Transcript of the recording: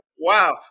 Wow